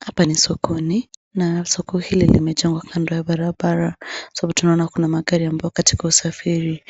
Hapa ni sokoni na soko hili limejengwa kando ya barabara sababu tunaona kuna magari wako katika usafiri